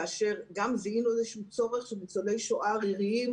כאשר זיהינו צורך של ניצולי שואה עריריים